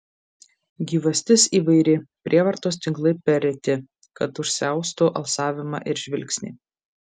gyvastis įvairi prievartos tinklai per reti kad užsiaustų alsavimą ir žvilgsnį